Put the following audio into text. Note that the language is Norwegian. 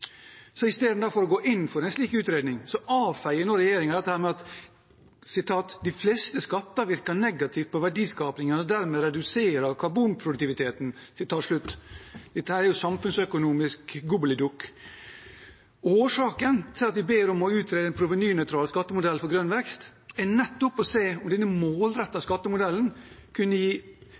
for å gå inn for en slik utredning avfeier nå regjeringen dette med at de fleste skatter virker negativt på verdiskapingen og dermed reduserer karbonproduktiviteten. Dette er jo samfunnsøkonomisk «gobbelidokk». Årsaken til at vi ber om å få utredet en provenynøytral skattemodell for grønn vekst, er nettopp at vi vil se om denne målrettede skattemodellen kan gi